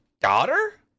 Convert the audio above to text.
daughter